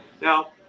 Now